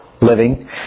living